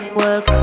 work